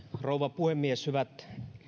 rouva puhemies hyvät